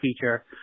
feature